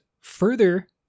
further